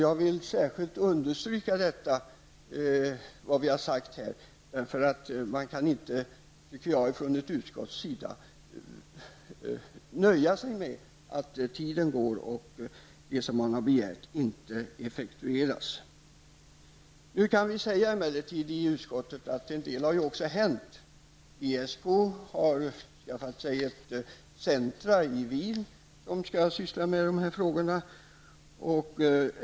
Jag vill särskilt understryka vad vi har sagt, för jag tycker att man inte från ett utskott kan nöja sig med att tiden går och det som man begär inte effektueras. Emellertid kan vi i utskottet säga att en del har hänt. ESK har skaffat sig ett centrum i Wien som skall syssla med dessa frågor.